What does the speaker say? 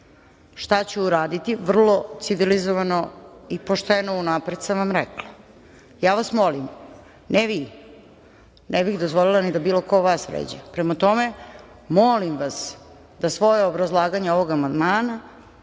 Šta ću uraditi vrlo civilizovano i pošteno unapred sam vam rekla. Ja vas molim, ne vi, ne bih dozvolila ni da bilo ko vas vređa, prema tome, molim vas da svoje obrazlaganje ovog amandmana